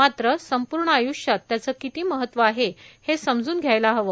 मात्र संपूर्ण आय्ष्यात त्याचे किती महत्त्व आहे हे समजून घ्यायला हवे